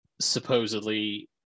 supposedly